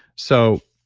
so